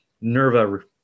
NERVA